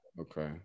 okay